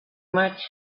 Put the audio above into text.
much